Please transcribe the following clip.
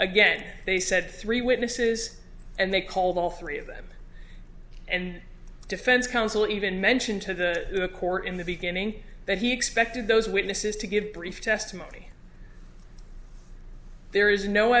again they said three witnesses and they called all three of them and defense counsel even mentioned to the court in the beginning that he expected those witnesses to give brief testimony there is no